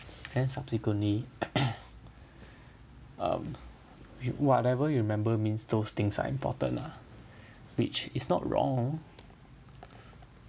then subsequently um whatever you remember means those things are important lah which is not wrong